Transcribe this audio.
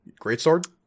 Greatsword